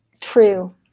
true